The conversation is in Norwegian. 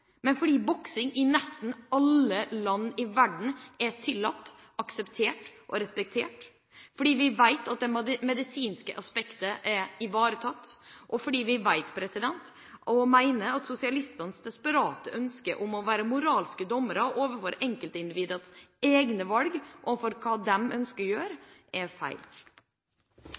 men fordi boksing i nesten alle land i verden er tillatt, akseptert og respektert, fordi vi vet at det medisinske aspektet er ivaretatt, og fordi vi vet og mener at sosialistenes desperate ønske om å være moralske dommere overfor enkeltindividets egne valg og for hva de ønsker å gjøre, er feil.